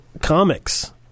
comics